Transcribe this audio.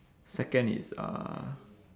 second is uh